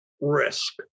risk